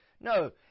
No